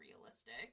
realistic